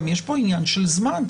גם יש פה עניין של זמן,